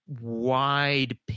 wide